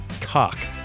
cock